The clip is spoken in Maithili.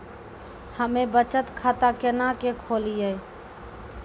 हम्मे बचत खाता केना के खोलियै?